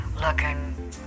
looking